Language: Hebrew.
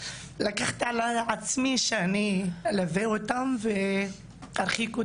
אחרי שהוא היה בהפגנה נגד האלימות, רצחו